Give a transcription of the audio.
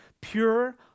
Pure